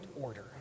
order